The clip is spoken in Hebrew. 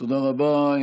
תודה רבה.